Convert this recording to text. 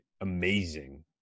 amazing